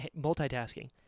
multitasking